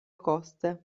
coste